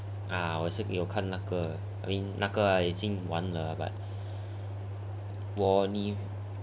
ah 我是有看那 I mean 那个已经完了 hor but